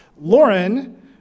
Lauren